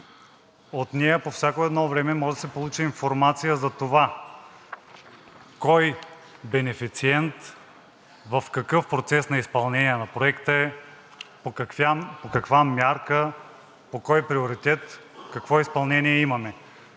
От нея по всяко едно време може да се получи информация за това кой бенефициент в какъв процес на изпълнение на проекта е, по каква мярка, по кой приоритет какво изпълнение имаме.